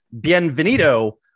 bienvenido